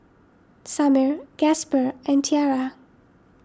Samir Gasper and Tiara